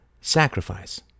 sacrifice